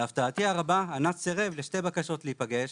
להפתעתי הרבה אנ"צ סירב לשתי בקשות להיפגש,